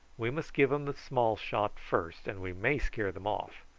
we must give them the small shot first, and we may scare them off.